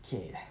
okay